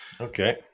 Okay